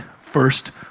first